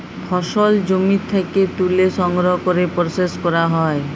ফসল জমি থ্যাকে ত্যুলে সংগ্রহ ক্যরে পরসেস ক্যরা হ্যয়